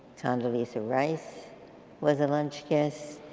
condoleezza rice was a lunch guest.